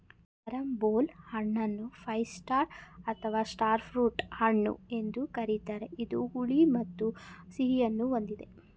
carambola ಹಣ್ಣನ್ನು five star ಅಥವಾ star fruit ಹಣ್ಣು ಎಂದು ಕರಿತಾರೆ ಇದು ಹುಳಿ ಮತ್ತು ಸಿಹಿಯನ್ನು ಹೊಂದಿದೆ